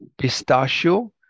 pistachio